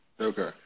Okay